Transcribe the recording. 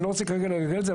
אני לא רוצה כרגע להיכנס לזה,